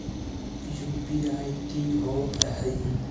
UPI कि होअ हई?